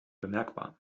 bemerkbar